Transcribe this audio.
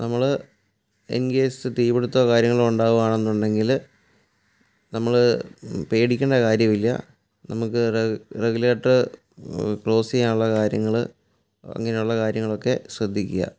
നമ്മൾ in case തീപിടുത്തമോ കാര്യങ്ങളോ ഉണ്ടാകുവാണെന്നുണ്ടെങ്കിൽ നമ്മൾ പേടിക്കേണ്ട കാര്യമില്ല നമുക്ക് റെഗുലേറ്റർ ക്ലോസ് ചെയ്യാനുള്ള കാര്യങ്ങൾ അങ്ങനെയുള്ള കാര്യങ്ങളൊക്കെ ശ്രദ്ധിക്കുക